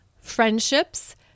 friendships